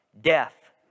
death